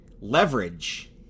Leverage